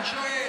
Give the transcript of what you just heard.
אני שואל